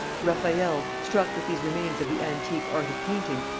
raffaelle, struck with these remains of the antique art of painting,